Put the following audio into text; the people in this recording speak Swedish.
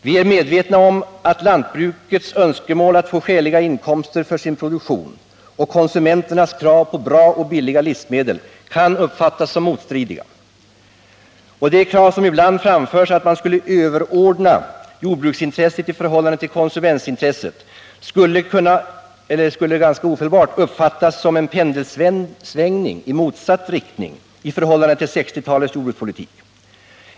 Vi är medvetna om att böndernas önskemål att få skäliga inkomster från sin produktion och konsumenternas krav på bra och billiga livsmedel kan uppfattas som motstridiga. Det krav som ibland framförts, att man skulle överordna jordbruksintresset i förhållande till konsumentintresset, skulle ofelbart uppfattas som en pendelsvängning i motsatt riktning i förhållande till 1960-talets jordbrukspolitik.